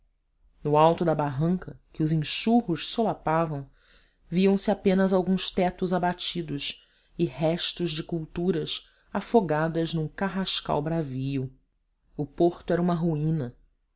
no alto da barranca que os enxurros solapavam viam-se apenas alguns tetos abatidos e restos de culturas afogadas num carrascal bravio o porto era uma ruína